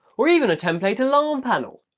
or even a template alarm panel.